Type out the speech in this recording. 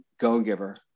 Go-Giver